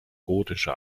gotische